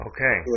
Okay